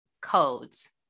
codes